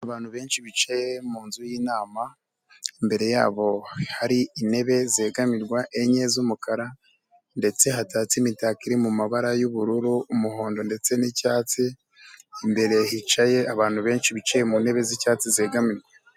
Abantu benshi bicaye mu nzu y'inama, imbere yabo hari intebe zegamirwa enye z'umukara ndetse hatatse imitako iri mu mabara y'ubururu, umuhondo ndetse n'icyatsi, imbere hicaye abantu benshi bicaye mu ntebe z'icyatsi zegamirwa.